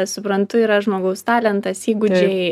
suprantu yra žmogaus talentas įgūdžiai